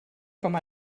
com